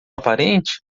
aparente